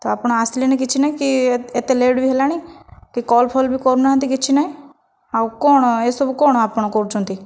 ତ' ଆପଣ ଆସିଲେନି କିଛି ନାହିଁ କି ଏତେ ଲେଟ୍ ବି ହେଲାଣି କି କଲ୍ ଫଲ୍ ବି କରୁନାହାନ୍ତି କିଛି ନାହିଁ ଆଉ କ'ଣ ଏସବୁ କ'ଣ ଆପଣ କରୁଛନ୍ତି